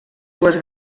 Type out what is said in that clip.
dues